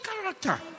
character